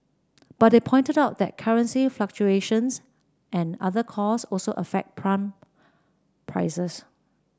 but they pointed out that currency fluctuations and other costs also affect pump prices